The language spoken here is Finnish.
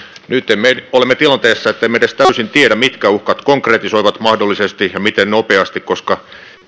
nyt me olemme tilanteessa jossa emme edes täysin tiedä mitkä uhkat mahdollisesti konkretisoituvat ja miten nopeasti koska